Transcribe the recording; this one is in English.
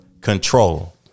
control